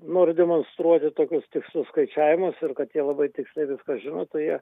nori demonstruoti tokius tikslius skaičiavimus ir kad jie labai tiksliai viską žino tai jie